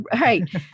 right